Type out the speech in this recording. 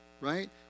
Right